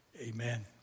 Amen